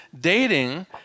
Dating